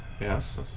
yes